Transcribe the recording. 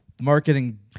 marketing